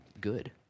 good